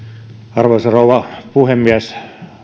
arvoisa rouva puhemies